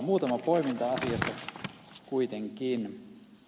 muutama poiminta asiasta kuitenkin